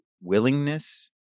willingness